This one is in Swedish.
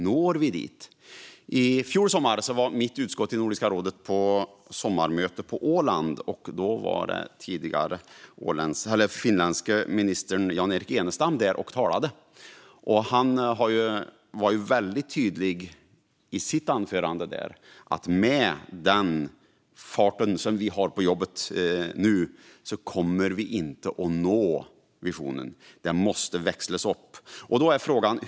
Förra sommaren var mitt utskott i Nordiska rådet på sommarmöte på Åland, och där talade den tidigare finländske ministern Jan-Erik Enestam. Han var tydlig med att vi med nuvarande fart inte kommer att nå visionen och att vi måste växla upp.